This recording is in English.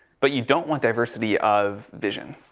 but you don't want diversity of vision.